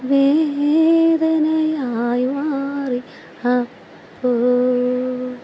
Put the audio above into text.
വേദനയായി മാറി അപ്പോൾ